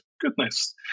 goodness